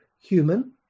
human